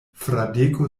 fradeko